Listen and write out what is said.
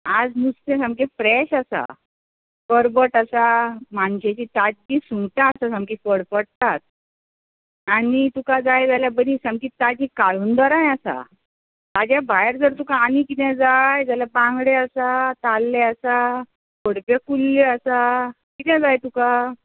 आज नुस्तें सामकें फ्रॅश आसा परगट आसा मानशेचीं ताज्जी सुंगटां आसा सामकी फडफडटात आनी तुका जाय जाल्यार बरी सामकी ताजीं काळुंदरांय आसा हाज्या भायर जर तुका आनी कितें जाय जाल्यार बांगडे आसा ताल्ले आसा खडप्यो कुल्ल्यो आसा कितें जाय तुका